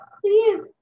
Please